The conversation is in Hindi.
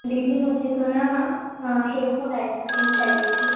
दीदी मुझे तो न हैवमोर आइसक्रीम चाहिए थी